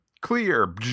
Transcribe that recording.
clear